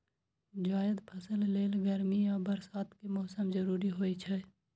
जायद फसल लेल गर्मी आ बरसात के मौसम जरूरी होइ छै